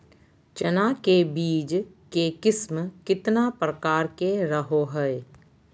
चना के बीज के किस्म कितना प्रकार के रहो हय?